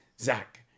zach